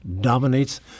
dominates